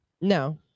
No